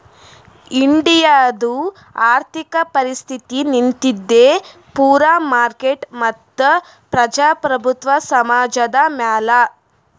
ಇಂಡಿಯಾದು ಆರ್ಥಿಕ ಪರಿಸ್ಥಿತಿ ನಿಂತಿದ್ದೆ ಪೂರಾ ಮಾರ್ಕೆಟ್ ಮತ್ತ ಪ್ರಜಾಪ್ರಭುತ್ವ ಸಮಾಜದ್ ಮ್ಯಾಲ